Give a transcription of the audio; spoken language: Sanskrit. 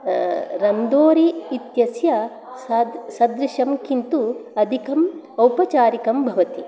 रन्दोरी इत्यस्य सदृशं किन्तु अधिकम् औपचारिकं भवति